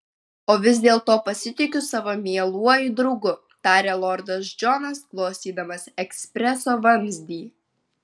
o vis dėlto pasitikiu savo mieluoju draugu tarė lordas džonas glostydamas ekspreso vamzdį